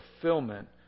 fulfillment